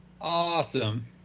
Awesome